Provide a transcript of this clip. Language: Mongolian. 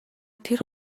тэр